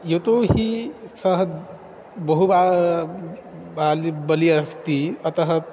यतो हि सः बहु वा बलिः बलिः अस्ति अतः